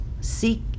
seek